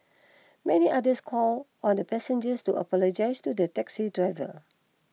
many others called on the passengers to apologise to the taxi driver